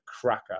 cracker